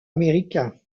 américain